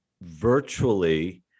virtually